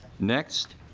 next